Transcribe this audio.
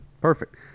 Perfect